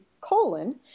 colon